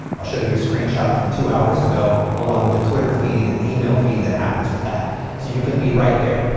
i'll show you a screenshot from two hours ago. along with the twitter feed and the email feed that happens with that. so you can be right there.